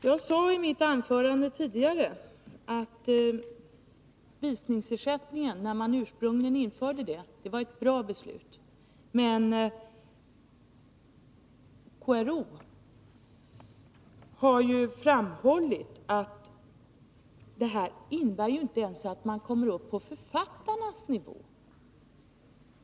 Jag sade i mitt anförande tidigare att det var ett bra beslut när man ursprungligen införde visningsersättningen. Men KRO har framhållit att den ersättning som utgår innebär att konstnärerna inte ens kommer upp på författarnas nivå.